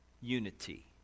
unity